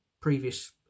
previous